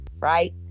right